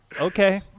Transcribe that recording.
okay